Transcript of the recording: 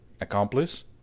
Accomplice